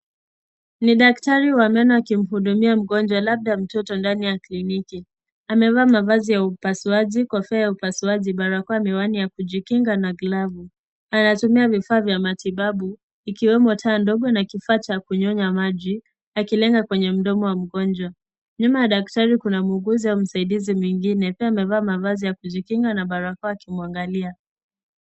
Ni daktari wa meno akimhudumia mgonjwa, labda mtoto ndani ya kliniki. Amevaa mavazi ya upasuaji, kofia ya upasuaji, barakoa, miwani ya kujikinga na glavu. Anatumia vifaa vya matibabu, ikiwemo taa ndogo na kifaa cha kunyonya maji, akilenga kwenye mdomo wa mgonjwa. Nyuma ya daktari kuna muuguzi au msaidizi mwingine, pia amevaa mavazi ya kujikinga na barakoa akimwangalia.